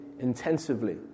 Intensively